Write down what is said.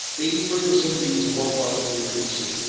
eighty three percent think it's a worthwhile career to pursue.